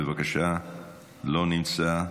אינו נמצא,